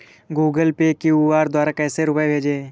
Google Pay QR द्वारा कैसे रूपए भेजें?